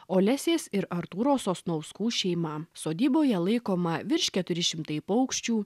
olesės ir artūro sosnauskų šeima sodyboje laikoma virš keturi šimtai paukščių